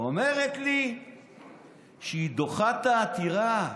היא אומרת לי שהיא דוחה את העתירה.